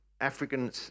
African